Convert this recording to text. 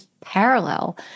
parallel